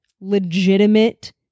legitimate